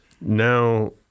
Now